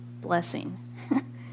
blessing